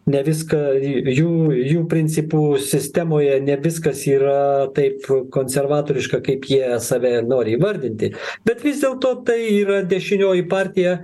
ne viską jų jų principų sistemoje ne viskas yra taip konservatoriška kaip jie save nori įvardinti bet vis dėlto tai yra dešinioji partija